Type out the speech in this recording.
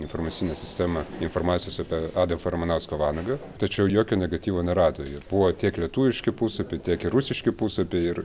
informacinę sistemą informacijos apie adolfą ramanauską vanagą tačiau jokio negatyvo nerado ir buvo tiek lietuviški puslapiai tiek ir rusiški puslapiai ir